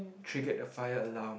triggered the fire alarm